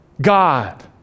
God